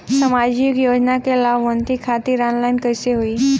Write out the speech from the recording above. सामाजिक योजना क लाभान्वित खातिर ऑनलाइन कईसे होई?